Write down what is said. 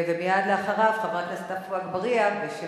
ומייד לאחריו, חבר